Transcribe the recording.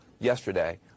yesterday